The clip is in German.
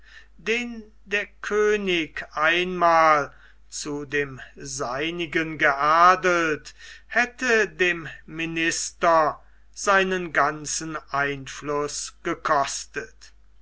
den der könig einmal zu dem seinigen geadelt hätte dem minister seinen ganzen einfluß gekostet